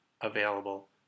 available